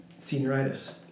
Senioritis